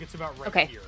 Okay